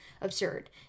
absurd